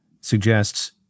suggests